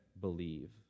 believe